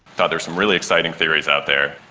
but there's some really exciting theories out there,